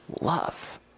love